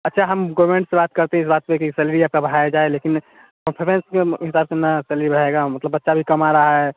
अच्छा हम गवर्नमेंट से बात करते हैं इस बात पर कि सैलरी आपका बढ़ाया जाए लेकिन परफार्मेंस के हिसाब से ना सैलरी बढ़ाएगा मतलब बच्चा भी कम आ रहा है